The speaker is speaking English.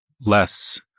less